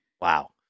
Wow